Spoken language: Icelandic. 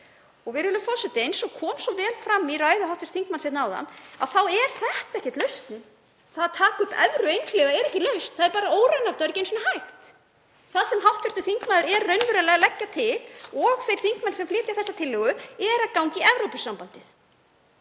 Virðulegur forseti. Eins og kom svo vel fram í ræðu hv. þingmanns áðan þá er þetta ekkert lausnin. Það að taka upp evru einhliða er ekki lausn, það er bara óraunhæft og það er ekki einu sinni hægt. Það sem hv. þingmaður er raunverulega að leggja til og þeir þingmenn sem flytja þessa tillögu er að ganga í Evrópusambandið.